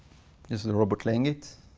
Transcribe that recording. is the robot laying it.